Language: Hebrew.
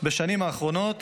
בשנים האחרונות